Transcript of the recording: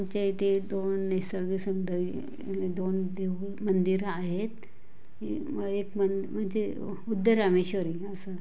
आमच्या इथे दोन निसर्ग सौंदर्यं दोन देहू मंदिरं आहेत मग एक मंदिर म्हणजे हुद्द रामेश्वरी असं